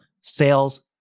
sales